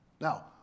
Now